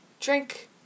Drink